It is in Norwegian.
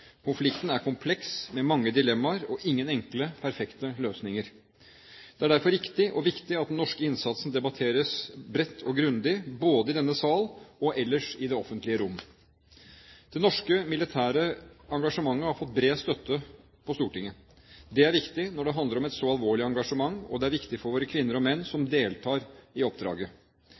Konflikten er kompleks med mange dilemmaer og ingen enkle, perfekte løsninger. Det er derfor riktig og viktig at den norske innsatsen debatteres bredt og grundig, både i denne sal og ellers i det offentlige rom. Det norske militære engasjementet har fått bred støtte i Stortinget. Det er viktig når det handler om et så alvorlig engasjement, og det er viktig for våre kvinner og menn som deltar i oppdraget.